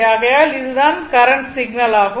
ஆகையால் இதுதான் current signal ஆகும்